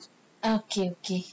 okay okay